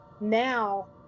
Now